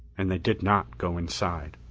and they did not go inside.